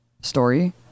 story